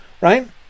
right